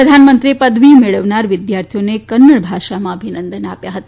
પ્રધાનમંત્રીએ પદવી મેળવનાર વિદ્યાર્થીઓને કન્નડ ભાષામાં અભિનંદન આપ્યા હતા